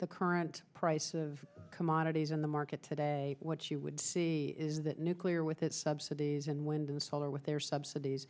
the price of commodities in the market today what you would see is that nuclear with its subsidies and wind and solar with their subsidies